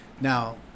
Now